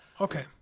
okay